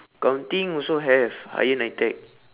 accounting also have higher NITEC